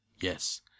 Yes